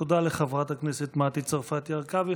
תודה לחברת הכנסת מטי צרפתי הרכבי.